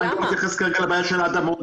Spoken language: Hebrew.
ואני לא מתייחס כרגע לבעיה של האדמות -- למה?